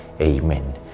Amen